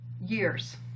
years